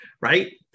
right